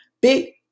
Big